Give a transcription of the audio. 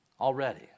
Already